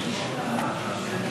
הכלכלה.